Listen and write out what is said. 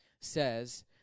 says